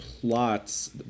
plots